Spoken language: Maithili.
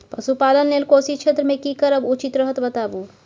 पशुपालन लेल कोशी क्षेत्र मे की करब उचित रहत बताबू?